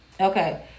Okay